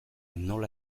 nola